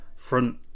front